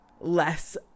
less